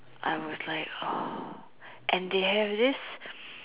I was like !ah! and they have this